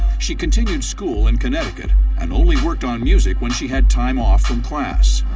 she continued school in connecticut and only worked on music when she had time off from class.